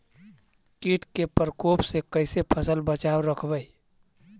कीट के परकोप से कैसे फसल बचाब रखबय?